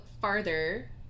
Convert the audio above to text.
farther